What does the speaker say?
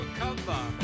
cover